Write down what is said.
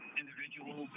individuals